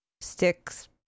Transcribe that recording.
sticks